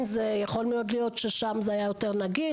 יכול מאוד להיות ששם זה היה יותר נגיש,